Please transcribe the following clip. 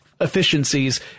efficiencies